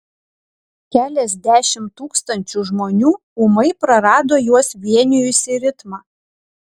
keliasdešimt tūkstančių žmonių ūmai prarado juos vienijusį ritmą